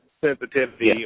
sensitivity